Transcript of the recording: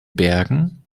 bergen